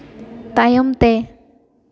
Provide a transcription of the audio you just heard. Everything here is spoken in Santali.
ᱛᱟᱭᱚᱢ ᱛᱮ